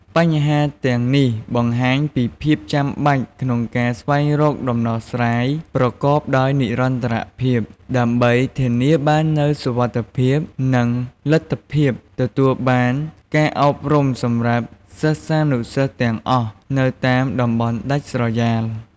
បញ្ហាទាំងនេះបង្ហាញពីភាពចាំបាច់ក្នុងការស្វែងរកដំណោះស្រាយប្រកបដោយនិរន្តរភាព ដើម្បីធានាបាននូវសុវត្ថិភាព និងលទ្ធភាពទទួលបានការអប់រំសម្រាប់សិស្សានុសិស្សទាំងអស់នៅតាមតំបន់ដាច់ស្រយាល។